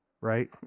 right